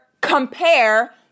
compare